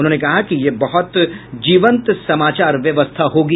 उन्होंने कहा कि यह बहुत जीवंत समाचार व्यवस्था होगी